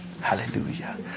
Hallelujah